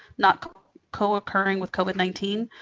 not co co occurring with covid nineteen?